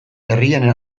herrien